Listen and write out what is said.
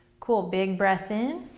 cool, big breath in